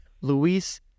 Luis